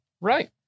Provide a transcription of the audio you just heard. right